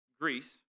Greece